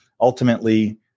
ultimately